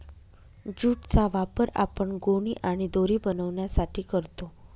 jute चा वापर आपण गोणी आणि दोरी बनवण्यासाठी करतो